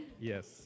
Yes